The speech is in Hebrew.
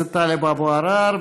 חבר הכנסת טלב אבו עראר,